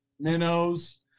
minnows